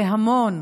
זה המון,